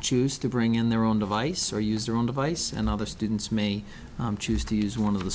choose to bring in their own device or use their own device and other students may choose to use one of the